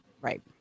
Right